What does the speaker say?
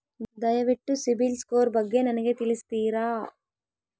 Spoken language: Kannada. ದಯವಿಟ್ಟು ಸಿಬಿಲ್ ಸ್ಕೋರ್ ಬಗ್ಗೆ ನನಗೆ ತಿಳಿಸ್ತೀರಾ?